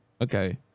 Okay